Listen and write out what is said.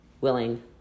willing